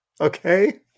Okay